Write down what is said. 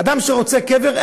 אדם שרוצה קבר,